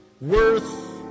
worth